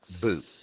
boot